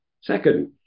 Second